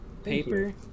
paper